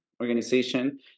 organization